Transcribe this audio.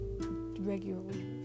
regularly